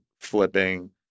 flipping